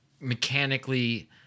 mechanically